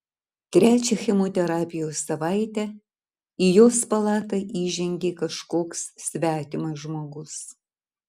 trečią chemoterapijos savaitę į jos palatą įžengė kažkoks svetimas žmogus